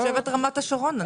אני תושבת רמת השרון.